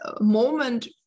moment